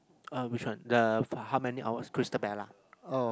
uh which one the for how many hours Christabella oh